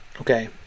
Okay